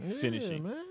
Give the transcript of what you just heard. finishing